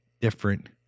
different